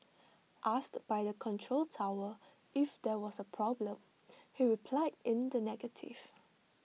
asked by the control tower if there was A problem he replied in the negative